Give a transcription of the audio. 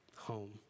home